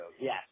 Yes